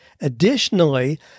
Additionally